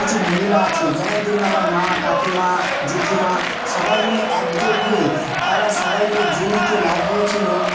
কিছু মহিলা আছে যেমন ধরুন আমার মা কাকিমা জেঠিমা সবাই মিলে একজোট হয়ে তারা সবাই মিলে জমিতে লাগিয়েছিল